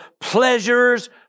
pleasures